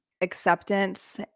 acceptance